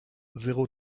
zéro